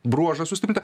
bruožą sustiprintą